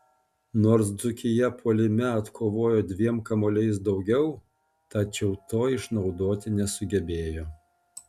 nors dzūkija puolime atkovojo dviems kamuoliais daugiau tačiau to išnaudoti nesugebėjo